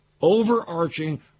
overarching